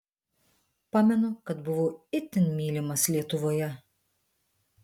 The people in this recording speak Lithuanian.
pamenu kad buvau itin mylimas lietuvoje